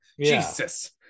jesus